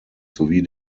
sowie